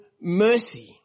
mercy